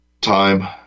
time